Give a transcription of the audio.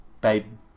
babe